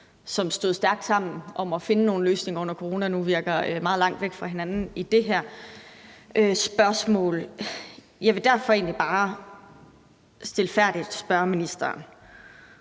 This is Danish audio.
som stod stærkt sammen om at finde nogle løsninger under corona, nu virker meget langt væk fra hinanden i det her spørgsmål. Jeg vil derfor egentlig bare stilfærdigt spørge ministeren